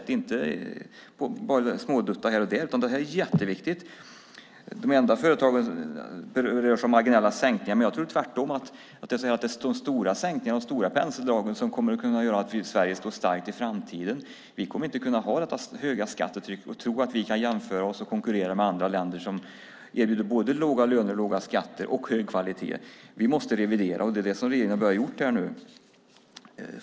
Det handlar inte om att bara smådutta här och där, utan detta är jätteviktigt. Det talas om marginella sänkningar. Men jag tror tvärtom att det är de stora sänkningarna och de stora penseldragen som kommer att kunna göra att Sverige står starkt i framtiden. Vi kommer inte att kunna ha detta höga skattetryck och tro att vi kan jämföra oss och konkurrera med andra länder som erbjuder både låga löner, låga skatter och hög kvalitet. Vi måste revidera, och det är det som regeringen har börjat göra.